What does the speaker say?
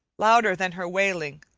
louder than her wailing,